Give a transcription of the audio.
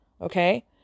Okay